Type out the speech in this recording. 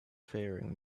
faring